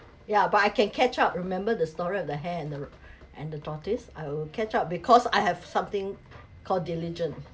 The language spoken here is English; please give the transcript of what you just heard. yeah but I can catch up remember the story of the hare and the and the tortoise I'll catch up because I have something call diligence